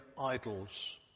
idols